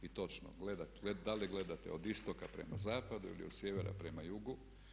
I točno, da li gledate od istoka prema zapadu ili od sjevera prema jugu.